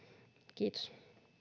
kiitos